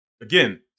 Again